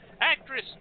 actress